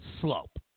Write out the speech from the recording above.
slope